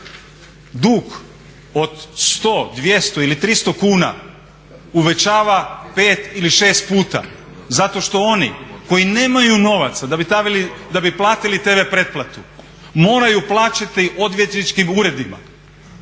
dug od 100, 200 ili 300 kuna uvećava 5 ili 6 puta, zato što oni koji nemaju novaca da bi platiti TV pretplatu moraju plaćati odvjetničkim uredima.